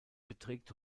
beträgt